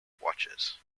watches